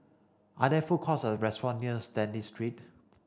are there food courts or restaurant near Stanley Street